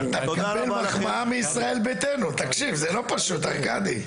מחמאה מישראל ביתנו זה לא פשוט ארכדי.